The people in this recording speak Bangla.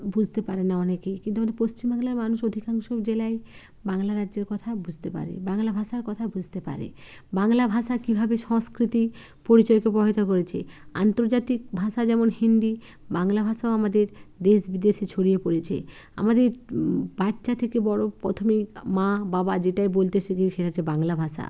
বুঝতে পারে না অনেকেই কিন্তু আমাদের পশ্চিম বাংলায় মানুষ অধিকাংশ জেলায় বাংলা রাজ্যের কথা বুঝতে পারে বাংলা ভাষার কথা বুঝতে পারে বাংলা ভাষা কীভাবে সংস্কৃতি পরিচয়কে প্রভাবিত করেছে আন্তর্জাতিক ভাষা যেমন হিন্দি বাংলা ভাষাও আমাদের দেশ বিদেশে ছড়িয়ে পড়েছে আমাদের বাচ্চা থেকে বড় প্রথমে মা বাবা যেটাই বলতে শিখি সেটা হচ্ছে বাংলা ভাষা